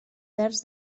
terç